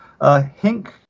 Hink